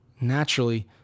Naturally